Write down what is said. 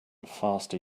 faster